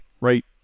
right